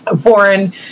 Foreign